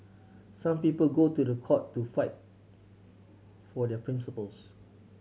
some people go to the court to fight for their principles